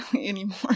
anymore